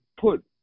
put